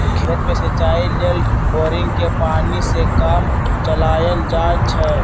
खेत में सिचाई लेल बोड़िंगके पानी से काम चलायल जाइ छइ